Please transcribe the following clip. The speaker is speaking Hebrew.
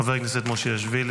חבר הכנסת מושיאשוילי,